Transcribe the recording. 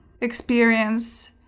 experience